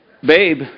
Babe